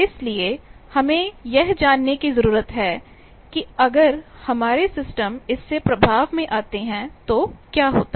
इसलिए हमें यह जानने की जरूरत है कि अगर हमारे सिस्टम इसके प्रभाव में आते हैं तो क्या होता है